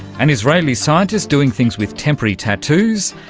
an israeli scientist doing things with temporary tattoos,